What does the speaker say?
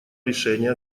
решение